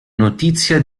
notizia